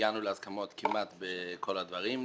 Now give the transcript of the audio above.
והגענו להסכמות כמעט בכל הדברים,